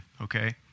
okay